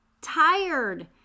tired